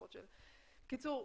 בקיצור,